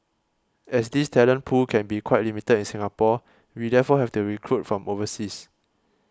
as this talent pool can be quite limited in Singapore we therefore have to recruit from overseas